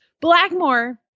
Blackmore